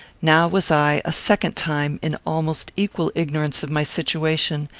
now was i, a second time, in almost equal ignorance of my situation,